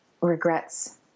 regrets